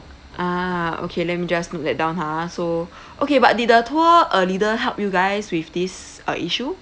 ah okay let me just note that down ha so okay but did the tour uh leader help you guys with this uh issue